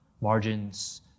margins